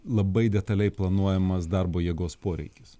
labai detaliai planuojamas darbo jėgos poreikis